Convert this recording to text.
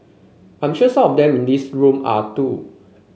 I'm sure some of them in this room are too